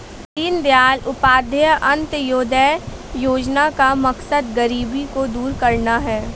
दीनदयाल उपाध्याय अंत्योदय योजना का मकसद गरीबी को दूर करना है